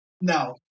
No